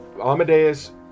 Amadeus